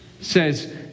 says